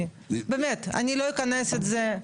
באמת, אני לא אכנס לזה.